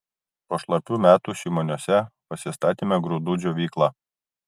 po šlapių metų šimoniuose pasistatėme grūdų džiovyklą